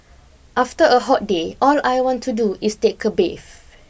after a hot day all I want to do is take a bath